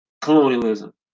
colonialism